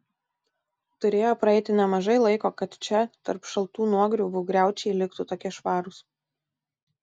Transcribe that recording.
turėjo praeiti nemažai laiko kad čia tarp šaltų nuogriuvų griaučiai liktų tokie švarūs